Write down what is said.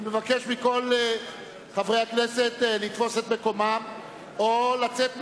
אני מבקש מכל חברי הכנסת לתפוס את מקומם או לצאת מהאולם,